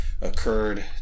occurred